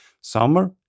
summer